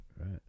Right